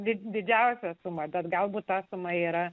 didžiausia suma bet galbūt esama yra